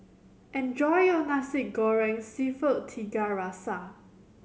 enjoy your Nasi Goreng Seafood Tiga Rasa